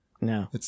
No